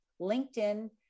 LinkedIn